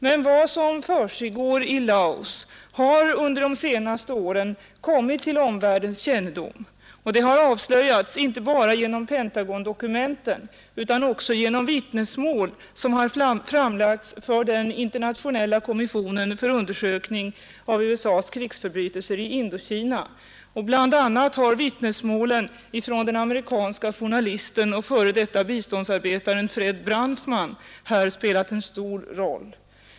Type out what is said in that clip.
Men vad som försiggår i Laos har under de senaste åren kommit till omvärldens kännedom, och det har avslöjats inte bara genom Pentagondokumenten utan också genom vittnesmål som framlagts för den internationella kommissionen för undersökning av USA:s förbrytelser i Indokina. Bl. a. har vittnesmål från den amerikanske journalisten och före detta biståndsarbetaren Fred Branfman spelat en stor roll.